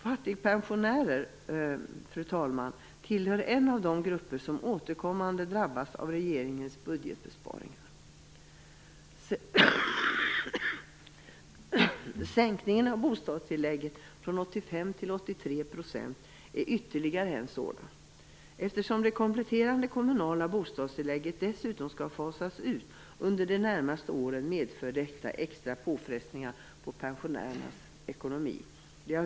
Fattigpensionärerna hör till en av de grupper som återkommande drabbas av regeringens budgetbesparingar. Sänkningen av bostadstillfället från 85 % till 83 % är ytterligare en sådan. Det kompletterande kommunala bostadstillägget, som dessutom skall fasas ut under de närmaste åren, medför extra påfrestningar på pensionärernas ekonomi.